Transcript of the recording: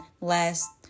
last